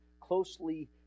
closely